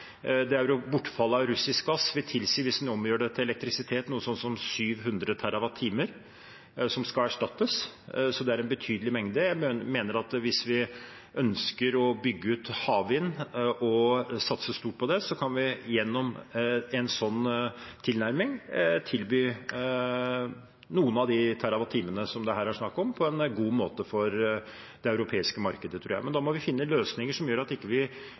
av russisk gass, hvis en omgjør det til elektrisitet, vil tilsi noe sånt som 700 TWh som skal erstattes, så det er en betydelig mengde. Jeg mener at hvis vi ønsker å bygge ut havvind og satse stort på det, tror jeg vi gjennom en sånn tilnærming kan tilby noen av de terawatt-timene som det her er snakk om, på en god måte for det europeiske markedet, men da må vi finne løsninger som gjør at vi ikke